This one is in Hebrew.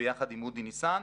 ביחד עם אודי ניסן,